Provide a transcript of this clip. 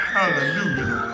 Hallelujah